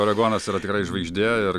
oregonas yra tikrai žvaigždė ir